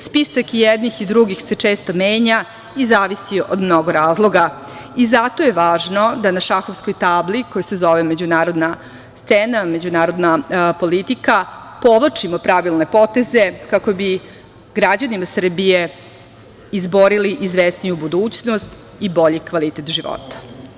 Spisak jednih i drugih se često menja, i zavisi od mnogo razloga i zato je važno da na šahovskoj tabli koja se zove međunarodna scena, međunarodna politika, povlačimo pravilne poteze kako bi građanima Srbije izborili izvesniju budućnost i bolji kvalitet života.